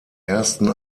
ersten